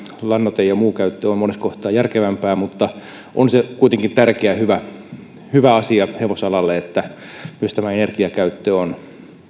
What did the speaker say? lannoite ja muu käyttö on monessa kohtaa järkevämpää mutta on se kuitenkin tärkeä ja hyvä asia hevosalalle että myös tämä energiakäyttö on